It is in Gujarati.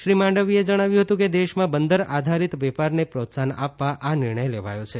શ્રી માંડવીયાએ જણાવ્યું હતું કે દેશમાં બંદર આધારીત વેપારને પ્રોત્સાહન આપવા આ નિર્ણય લેવાયો છે